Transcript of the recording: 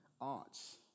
arts